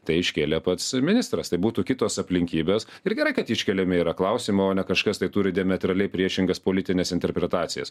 tai iškėlė pats ministras tai būtų kitos aplinkybės ir gerai kad iškeliami yra klausimai o ne kažkas tai turi diametraliai priešingas politines interpretacijas